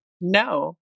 No